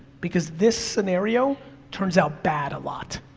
because this scenario turns out bad a lot.